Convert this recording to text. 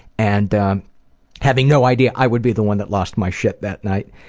and um having no idea i would be the one that lost my shit that night.